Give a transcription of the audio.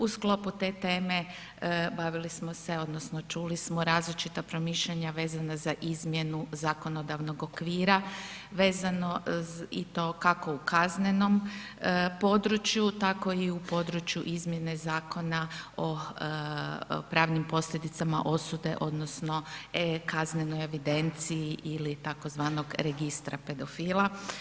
U sklopu te teme bavili smo se odnosno čuli smo različita promišljanja vezana za izmjenu zakonodavnog okvira, vezano i to kako u kaznenom području, tako i u području izmjene Zakona o pravnim posljedicama osude odnosno e-kaznenoj evidenciji ili tzv. registra pedofila.